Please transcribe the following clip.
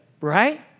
right